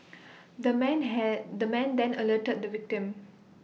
the man have the man then alerted the victim